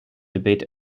debate